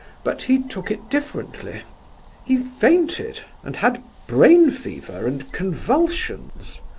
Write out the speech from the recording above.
but he took it differently he fainted, and had brain fever and convulsions.